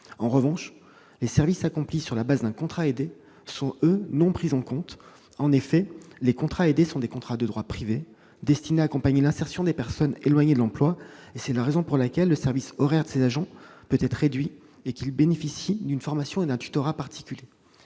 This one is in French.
En revanche, les services accomplis sur la base d'un contrat aidé ne sont pas, quant à eux, pris en compte. En effet, les contrats aidés sont des contrats de droit privé, destinés à accompagner l'insertion des personnes éloignées de l'emploi. À ce titre, le service horaire de ces agents peut être réduit, de même qu'ils bénéficient d'une formation et d'un tutorat particuliers.